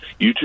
YouTube